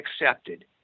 accepted